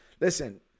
Listen